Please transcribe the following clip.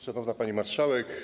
Szanowna Pani Marszałek!